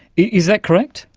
is that correct?